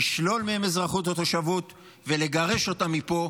לשלול מהם אזרחות או תושבות ולגרש אותם מפה,